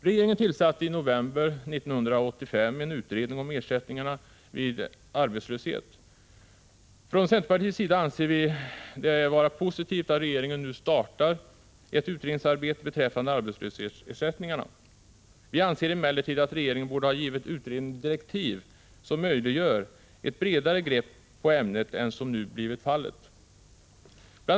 Regeringen tillsatte i november 1985 en utredning om ersättningarna vid arbetslöshet. Från centerpartiets sida anser vi det vara positivt att regeringen nu startar ett utredningsarbete beträffande arbetslöshetsersättningarna. Vi anser emellertid att regeringen borde ha givit utredningen direktiv som möjliggör ett bredare grepp på ämnet än som nu blivit fallet. Bl.